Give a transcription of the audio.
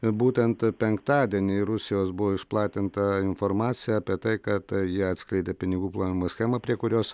būtent penktadienį rusijos buvo išplatinta informacija apie tai kad jie atskleidė pinigų plovimo schemą prie kurios